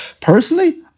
Personally